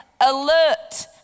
alert